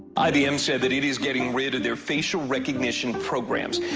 ibm said that it is getting rid of their facial recognition programs.